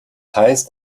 heißt